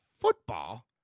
football